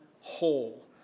whole